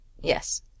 yes